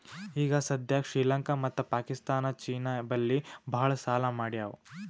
ಈಗ ಸದ್ಯಾಕ್ ಶ್ರೀಲಂಕಾ ಮತ್ತ ಪಾಕಿಸ್ತಾನ್ ಚೀನಾ ಬಲ್ಲಿ ಭಾಳ್ ಸಾಲಾ ಮಾಡ್ಯಾವ್